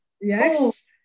yes